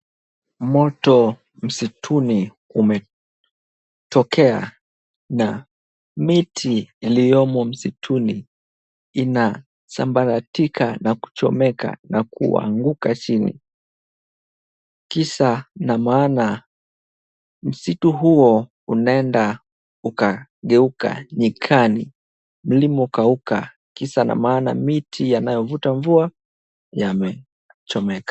Moto msituni umetokea na miti iliyomo msituni inasambaratika na kuchomeka na kuanguka chini. Kisa na maana msitu huo unaenda ukageuka nyikani mlimo kauka, kisha namaana miti yanayovuta mvua yamechomeka.